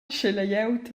glieud